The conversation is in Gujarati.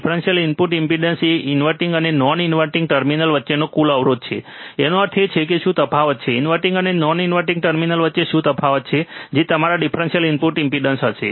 ડિફરન્સીઅલ ઇનપુટ ઇમ્પેડન્સ એ ઇન્વર્ટીંગ અને નોન ઇન્વર્ટીંગ ટર્મિનલ્સ વચ્ચેનો કુલ અવરોધ છે તેનો અર્થ એ છે કે શું તફાવત છે ઇન્વર્ટીંગ અને નોન ઇન્વર્ટીંગ ટર્મિનલ્સ વચ્ચે શું તફાવત છે જે તમારા ડિફરન્સીઅલ ઇનપુટ ઇમ્પેડન્સ હશે